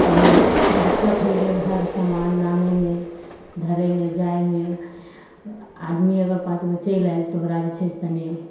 तनी दिक्कत होइ गेल हर सामान लानयमे धड़यमे जाइमे आदमी अगर पाँचगो चलि आयल तऽ ओकरा जे छै से तनी